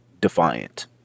defiant